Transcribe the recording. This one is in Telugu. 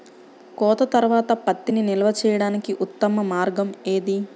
కోత తర్వాత పత్తిని నిల్వ చేయడానికి ఉత్తమ మార్గం ఏది?